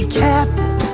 captain